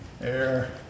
air